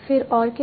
फिर और क्या